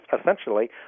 essentially